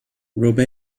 robe